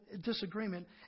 disagreement